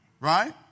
Right